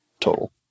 total